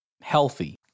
healthy